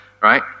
right